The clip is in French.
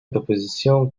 proposition